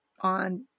on